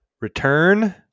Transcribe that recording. return